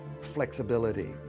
flexibility